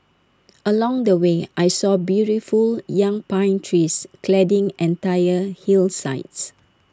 along the way I saw beautiful young pine trees cladding entire hillsides